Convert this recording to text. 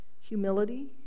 humility